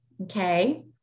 Okay